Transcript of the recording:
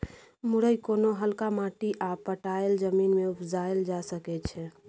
मुरय कोनो हल्का माटि आ पटाएल जमीन मे उपजाएल जा सकै छै